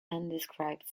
undescribed